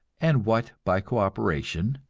and what by co-operation,